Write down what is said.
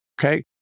okay